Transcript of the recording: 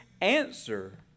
answer